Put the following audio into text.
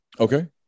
Okay